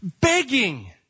begging